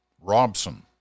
Robson